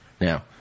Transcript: Now